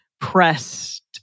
pressed